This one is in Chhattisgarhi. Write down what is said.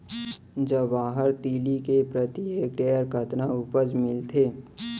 जवाहर तिलि के प्रति हेक्टेयर कतना उपज मिलथे?